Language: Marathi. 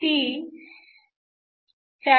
ती 463